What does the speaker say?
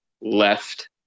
left